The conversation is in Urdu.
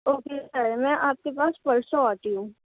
اوکے سر میں آپ کے پاس پرسوں آتی ہوں